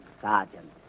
Sergeant